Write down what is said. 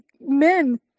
men